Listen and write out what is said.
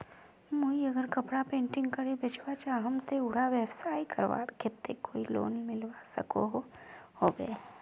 मुई अगर कपड़ा पेंटिंग करे बेचवा चाहम ते उडा व्यवसाय करवार केते कोई लोन मिलवा सकोहो होबे?